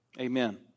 Amen